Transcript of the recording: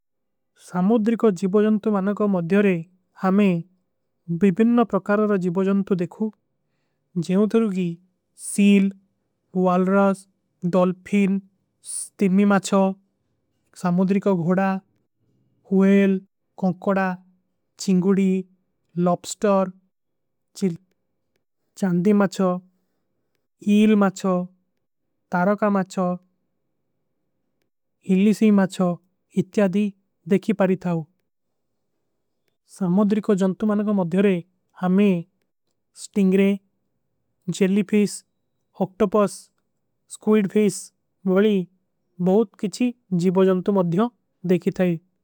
ସମୋଦ୍ରୀ କୋ ଜୀଵଜନ୍ତୁ ମାନା କା ମଦ୍ଯରେ ହମେଂ ଵିବିନ୍ନ ପ୍ରକାର। ଔର ଜୀଵଜନ୍ତୁ ଦେଖୁ ଜେଵଧରୂଗୀ ସୀଲ ଵାଲ୍ରାସ ଡୌଲଫିନ। ସ୍ତିମ୍ମୀ ମାଛଵ, ସମୋଦ୍ରୀ କୋ ଘୋଡା। ହୁଏଲ, କୌଂକୋଡା, ଚିଂଗୁଡୀ, ଲବ୍ସ୍ଟର। ଚାନ୍ଦୀ ମାଛଵ, ଇଲ ମାଛଵ, ତାରକା ମାଛଵ, ଇଲିସୀ। ମାଛଵ ଇତ୍ଯାଦୀ ଦେଖୀ ପାରୀ ଥାଓ ସମୋଦ୍ରୀ କୋ ଜନ୍ତୁମାନ କୋ। ମଦ୍ଯୋରେ ହମେଂ ସ୍ଟିଂଗରେ ଜେଲୀଫିସ, ଓକ୍ଟୋପସ ସ୍କୁଇଡଫିସ। ଵାଲି ବହୁତ କିଛୀ ଜୀଵଜନ୍ତୁ ମଦ୍ଯୋଂ ଦେଖୀ ଥାଈ।